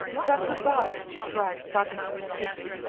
then good-by! she cried, starting to her feet.